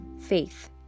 faith